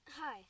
Hi